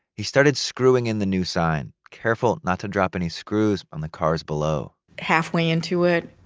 he started screwing in the new sign, careful not to drop any screws on the cars below halfway into it,